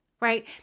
right